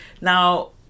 Now